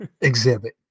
exhibit